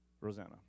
Rosanna